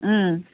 ம்